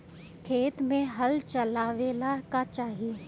खेत मे हल चलावेला का चाही?